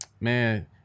man